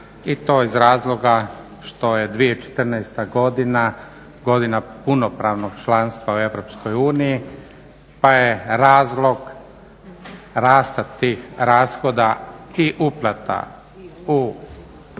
i to iz rashoda što je 2014. godina godina punopravnog članstva u Europskoj uniji pa je razlog rasta tih rashoda i uplata u